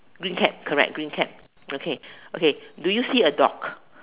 green cap correct green cap okay okay do you see a dog